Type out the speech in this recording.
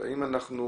האם אנחנו